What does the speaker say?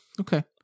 Okay